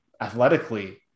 athletically